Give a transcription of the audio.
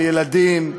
על ילדים,